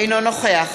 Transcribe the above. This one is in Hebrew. אינו נוכח